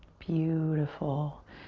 beautiful,